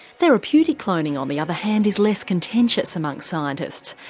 therapeutic cloning on the other hand is less contentious amongst scientists.